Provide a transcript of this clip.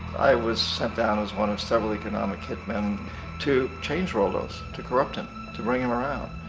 i was send down as one of several economic hitman to change roldos. to corrupt him. to bring em around.